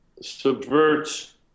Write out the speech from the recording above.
subverts